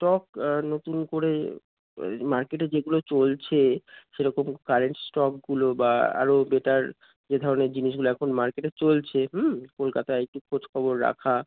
stock নতুন করে মার্কেটে যেগুলো চলছে সেরকম কারেন্ট স্টকগুলো বা আরও বেটার যে ধরনের জিনিসগুলো এখন মার্কেটে চলছে হুম কলকাতায় একটু খোঁজ খবর রাখা